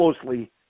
closely